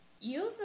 use